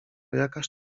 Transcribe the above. jakaż